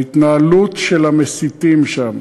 ההתנהלות של המסיתים שם,